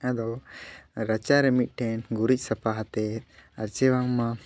ᱟᱫᱚ ᱨᱟᱪᱟᱨᱮ ᱢᱤᱫᱴᱷᱮᱱ ᱜᱩᱨᱤᱡ ᱥᱟᱯᱷᱟ ᱟᱛᱮ ᱟᱨ ᱪᱮ ᱵᱟᱝᱢᱟ